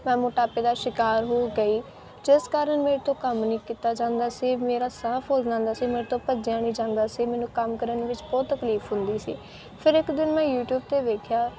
ਮੈਂ ਮੋਟਾਪੇ ਦਾ ਸ਼ਿਕਾਰ ਹੋ ਗਈ ਜਿਸ ਕਾਰਨ ਮੇਰੇ ਤੋਂ ਕੰਮ ਨਹੀਂ ਕੀਤਾ ਜਾਂਦਾ ਸੀ ਮੇਰਾ ਸਾਹ ਫੁੱਲ ਜਾਂਦਾ ਸੀ ਮੇਰੇ ਤੋਂ ਭੱਜਿਆ ਨਹੀਂ ਜਾਂਦਾ ਸੀ ਮੈਨੂੰ ਕੰਮ ਕਰਨ ਵਿੱਚ ਬਹੁਤ ਤਕਲੀਫ਼ ਹੁੰਦੀ ਸੀ ਫਿਰ ਇੱਕ ਦਿਨ ਮੈਂ ਯੂਟੀਊਬ 'ਤੇ ਵੇਖਿਆ